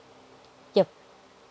yup